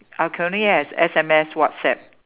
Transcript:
I can only has S_M_S WhatsApp